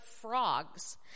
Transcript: frogs